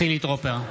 חילי טרופר,